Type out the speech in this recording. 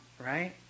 right